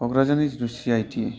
क'क्राझारनि जितु सिआइटि